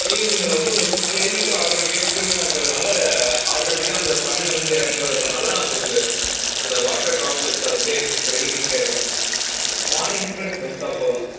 ஈவ்னிங்கில் வந்து உங்களுக்கு க்ளைமேட்டே ஆட்டோமேட்டிக்காக கூலிங்காக இருக்கிறதுனால ஆட்டோமேட்டிக்காக அந்தப் பனி வந்து இறங்ககுறதுனால உங்களுக்கு அந்த வாட்டர் ட்ராப்லெட் ஈவினிங் டயத்தில் மார்னிங்கில் நீங்கள் விட்டா போதும்